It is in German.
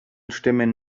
stimmen